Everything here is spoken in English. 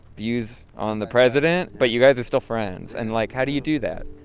views on the president but you guys are still friends. and like, how do you do that?